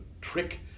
trick